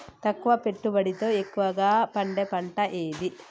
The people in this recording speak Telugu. తక్కువ పెట్టుబడితో ఎక్కువగా పండే పంట ఏది?